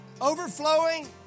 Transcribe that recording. overflowing